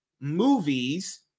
movies